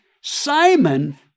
Simon